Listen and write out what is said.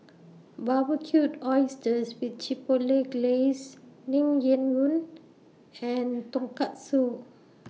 Barbecued Oysters with Chipotle Glaze Naengmyeon and Tonkatsu